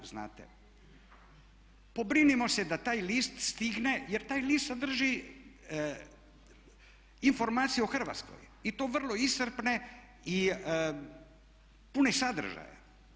Pobrinimo se da taj list stigne jer taj list sadrži informacije o Hrvatskoj i to vrlo iscrpne i pune sadržaja.